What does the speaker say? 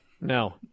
No